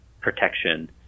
protection